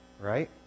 right